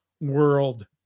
World